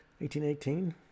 1818